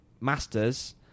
Masters